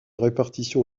répartition